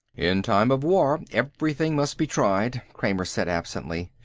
in time of war everything must be tried, kramer said absently.